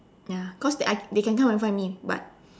ya cause they can come and find me but